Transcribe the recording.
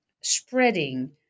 spreading